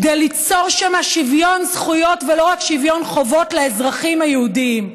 כדי ליצור שם שוויון זכויות ולא רק שוויון חובות לאזרחים היהודים.